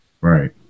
right